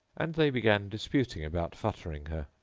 and they began disputing about futtering her.